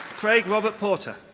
craig robert porter.